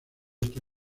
esta